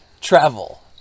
travel